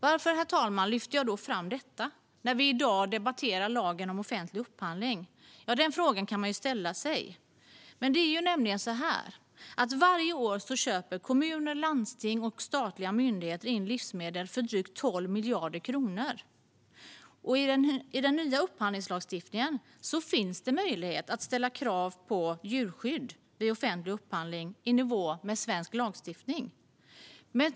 Varför lyfter jag då fram detta, herr talman, när vi i dag debatterar lagen om offentlig upphandling? Den frågan kan man ställa sig. Jo, det är nämligen så att kommuner, landsting och statliga myndigheter varje år köper in livsmedel för drygt 12 miljarder kronor. I den nya upphandlingslagstiftningen finns det möjlighet att ställa djurskyddskrav i nivå med svensk lagstiftning vid offentlig upphandling.